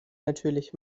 natürlich